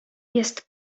jest